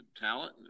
talent